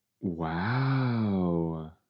Wow